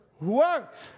works